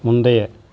முந்தைய